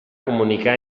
comunicar